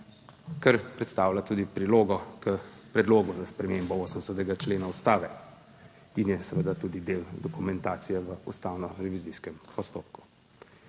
kar predstavlja tudi prilogo k predlogu za spremembo 80. člena Ustave in je seveda tudi del dokumentacije v ustavnorevizijskem postopku.